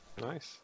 Nice